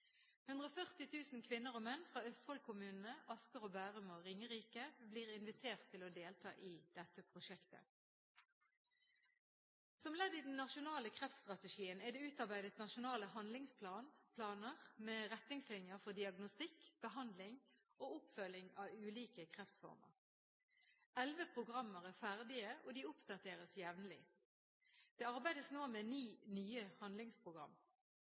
kvinner og menn fra Østfold-kommunene og Asker, Bærum og Ringerike blir invitert til å delta i dette prosjektet. Som ledd i den nasjonale kreftstrategien er det utarbeidet nasjonale handlingsprogrammer med retningslinjer for diagnostikk, behandling og oppfølging av ulike kreftformer. Elleve programmer er ferdige, og de oppdateres jevnlig. Det arbeides nå med ni nye